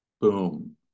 boom